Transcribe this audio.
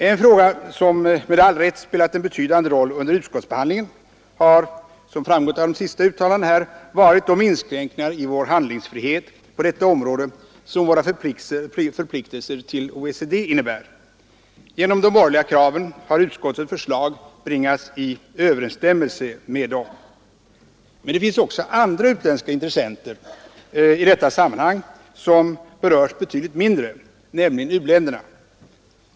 En fråga som med all rätt spelat en betydande roll under utskottsbehandlingen har, som framgått av de senaste uttalandena här, varit de inskränkningar i vår handlingsfrihet på detta område som våra förpliktelser mot OECD innebär. Genom de borgerliga kraven har utskottets förslag bringats i överensstämmelse med dessa förpliktelser. Men det finns även andra utländska intressenter i detta sammanhang som berörts betydligt mindre, nämligen u-länderna.